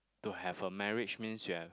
to have a marriage means you have